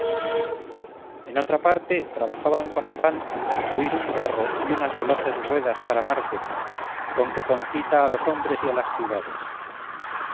en otra parte trabajaban con afán en concluir un carro y unas veloces ruedas para marte con que concita a los hombres y a las ciudades